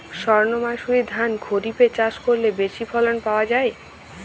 সর্ণমাসুরি ধান খরিপে চাষ করলে বেশি ফলন পাওয়া যায়?